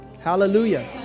Hallelujah